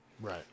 Right